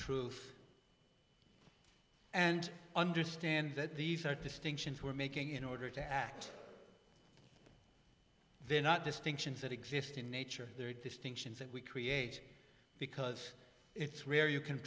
truth and understand that these are distinctions we're making in order to act they're not distinctions that exist in nature there are distinctions that we create because it's where you can